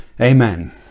Amen